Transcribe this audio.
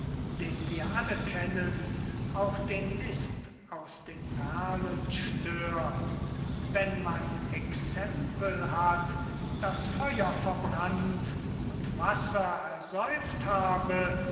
den wir alle kennen auch den mist aus den perlen stört wenn man exempel hat daß feuer verbrannt und wasser ersäuft habe